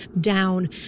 down